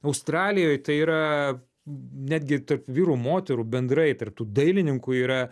australijoj tai yra netgi tarp vyrų moterų bendrai tarp tų dailininkų yra